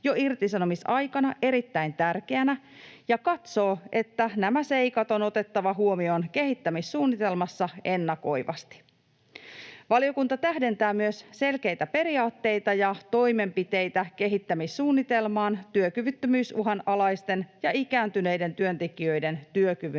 jo irtisanomisaikana erittäin tärkeänä ja katsoo, että nämä seikat on otettava huomioon kehittämissuunnitelmassa ennakoivasti. Valiokunta tähdentää myös selkeitä periaatteita ja toimenpiteitä kehittämissuunnitelmaan työkyvyttömyysuhan alaisten ja ikääntyneiden työntekijöiden työkyvyn